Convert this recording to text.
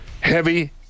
heavy